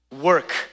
work